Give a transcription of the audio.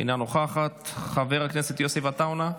אינה נוכחת, חבר הכנסת יוסף עטאונה,